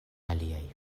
aliaj